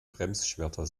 bremsschwerter